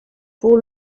pour